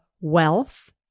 wealth